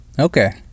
okay